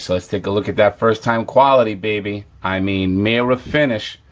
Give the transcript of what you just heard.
so let's take a look at that first time quality, baby. i mean, mirror finish.